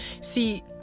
see